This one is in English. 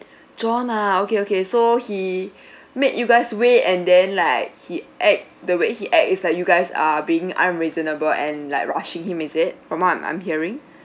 john ah okay okay so he made you guys wait and then like he act the way he act is like you guys are being unreasonable and like rushing him is it from what I'm I'm hearing